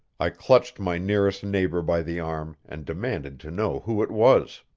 i clutched my nearest neighbor by the arm, and demanded to know who it was.